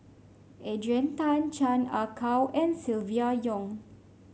Adrian Tan Chan Ah Kow and Silvia Yong